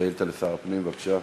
שאילתה לשר הפנים, בבקשה,